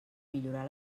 millorar